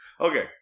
Okay